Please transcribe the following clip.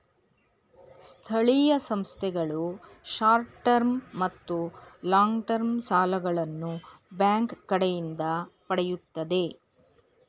ಸ್ಥಳೀಯ ಸಂಸ್ಥೆಗಳು short term ಮತ್ತು ಲಾಂಗ್ ಟರ್ಮ್ ಸಾಲಗಳನ್ನು ಬ್ಯಾಂಕ್ ಕಡೆಯಿಂದ ಪಡೆಯುತ್ತದೆ